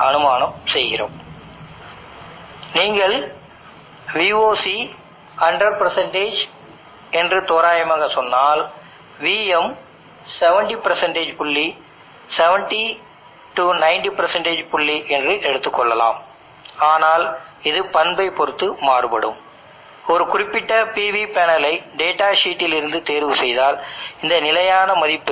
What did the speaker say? நான் உங்களிடம் கொண்டு வர விரும்புவது இதுதான் கொடுக்கப்பட்ட இன்சுலேஷனுக்கான ஒரு குறிப்பிட்ட தொகுப்பின் Imn மற்றும் ISC மற்றொரு குறிப்பிட்ட தொகுப்பின் Im மற்றும் ISC க்கு இடையிலான உறவு